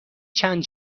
چند